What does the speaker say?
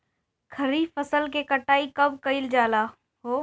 खरिफ फासल के कटाई कब कइल जाला हो?